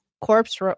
corpse